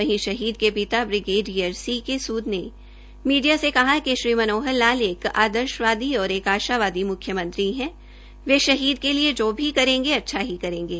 वहीं शहीद के पिता ब्रिगेडीयर सी के सूद ने मीडिया से कहा कि श्री मनोहर लाल एक आदर्शवादी और आशावादी मुख्यमंत्री है वे शहीद के एि जो भी करेंगे अच्छा ही करेंगे